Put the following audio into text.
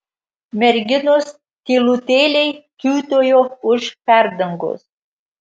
merginos tylutėliai kiūtojo už perdangos